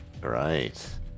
Right